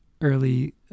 early